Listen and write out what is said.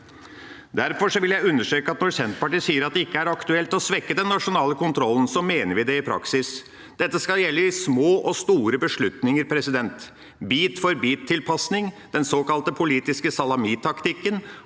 mot EUs fjerde energimarkedspakke partiet sier at det ikke er aktuelt å svekke den nasjonale kontrollen, mener vi det i praksis. Dette skal gjelde i små og store beslutninger. Bit for bit-tilpasning, den såkalte politiske salami-taktikken,